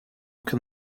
can